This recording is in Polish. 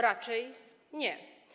Raczej nie.